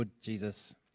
Jesus